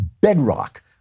bedrock